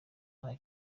nta